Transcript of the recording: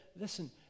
listen